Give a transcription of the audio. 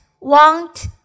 want